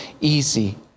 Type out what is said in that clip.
easy